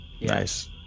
Nice